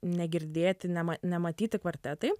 negirdėti nema nematyti kvartetai